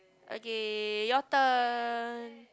okay your turn